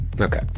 Okay